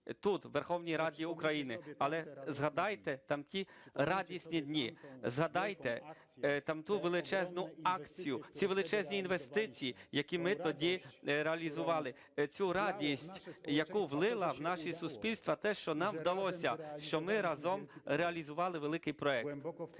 Але згадайте там ті радісні дні, згадайте там ту величезну акцію, ці величезні інвестиції, які ми тоді реалізували, цю радість, яку влило в наші суспільства те, що нам вдалося, що ми разом реалізували великий проект.